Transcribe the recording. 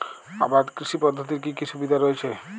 আবাদ কৃষি পদ্ধতির কি কি সুবিধা রয়েছে?